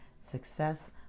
success